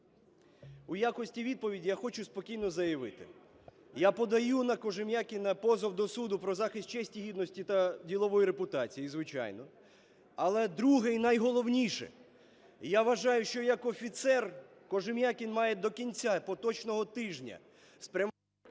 У якості відповіді я хочу спокійно заявити. Я подаю на Кожем'якіна позов до суду про захист честі, гідності та ділової репутації, звичайно. Але друге, і найголовніше. Я вважаю, що як офіцер Кожем'якін має до кінця поточного тижня....